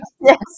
Yes